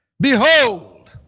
Behold